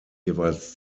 jeweils